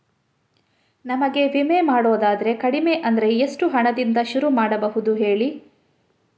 ನಮಗೆ ವಿಮೆ ಮಾಡೋದಾದ್ರೆ ಕಡಿಮೆ ಅಂದ್ರೆ ಎಷ್ಟು ಹಣದಿಂದ ಶುರು ಮಾಡಬಹುದು ಹೇಳಿ